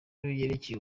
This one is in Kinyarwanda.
yerekeye